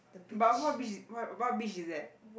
but what beach what about beach is that